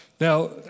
Now